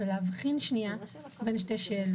בדיוק מה שאמרתי.